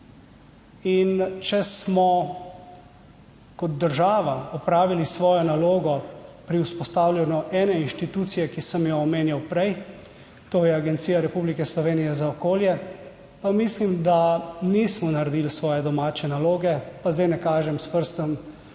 TRAK: (NB) – 14.20 (Nadaljevanje) nalogo pri vzpostavljanju ene inštitucije, ki sem jo omenjal prej, to je Agencija Republike Slovenije za okolje, pa mislim, da nismo naredili svoje domače naloge, pa zdaj ne kažem s prstom